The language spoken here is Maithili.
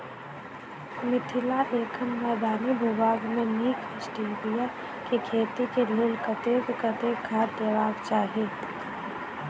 मिथिला एखन मैदानी भूभाग मे नीक स्टीबिया केँ खेती केँ लेल कतेक कतेक खाद देबाक चाहि?